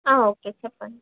okay చెప్పండి